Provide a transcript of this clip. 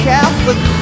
Catholic